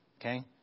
Okay